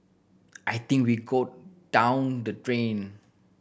I think we go down the drain